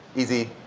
easy,